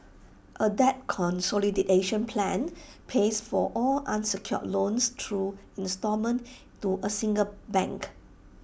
A debt consolidation plan pays for all unsecured loans through instalment to A single bank